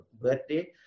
birthday